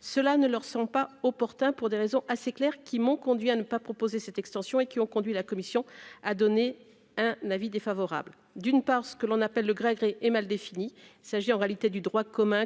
cela ne leur sont pas opportun pour des raisons assez clair qui m'ont conduit à ne pas proposer cette extension et qui ont conduit la Commission a donné un avis défavorable, d'une part ce que l'on appelle le gré à gré, et mal défini s'agit en réalité du droit commun,